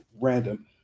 random